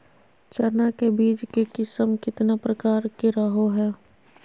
चना के बीज के किस्म कितना प्रकार के रहो हय?